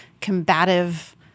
combative